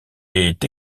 est